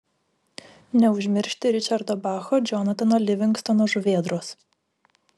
neužmiršti ričardo bacho džonatano livingstono žuvėdros